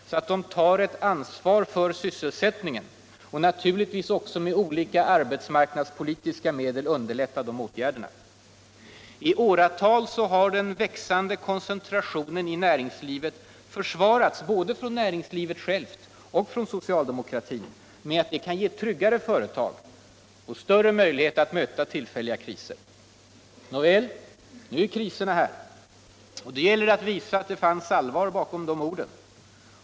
så att de tar ansvar för sysselsättningen — och naturligtvis också att med olika arbetsmarknadspolitiska medel underlätta ätgärder hiärför. F åratal har den växande koncentrationen både av näringslivet självt och av socialdemokratin försvarats med att den kan ge trvggare företag och större möjligheter att möta tillfälliga kriser. Nåväl, nu är kriserna här, och nu gäller det att visa att det fanns allvar bakom orden.